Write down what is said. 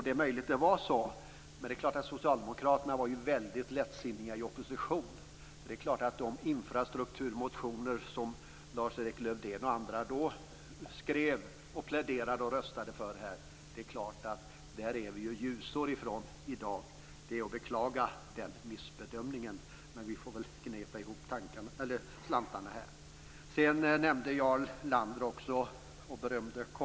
Det är möjligt att det var så, men Socialdemokraterna var väldigt lättsinniga i opposition. De infrastrukturmotioner som Lars-Erik Lövdén och andra skrev och röstade för är vi ljusår ifrån i dag. Det är att beklaga den missbedömningen, men vi får väl gneta ihop slantarna. Jarl Lander berömde KOMKOM-utredningen.